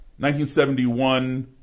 1971